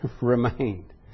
remained